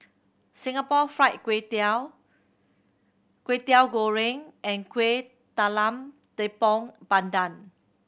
Singapore Fried Kway Tiao Kwetiau Goreng and Kueh Talam Tepong Pandan